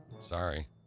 Sorry